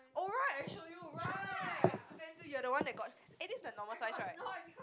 oh right I show you right you're the one that got eh this the normal size right